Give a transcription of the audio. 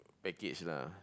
package lah